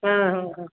हँ हँ हँ